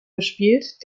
gespielt